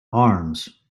arms